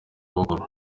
bukuru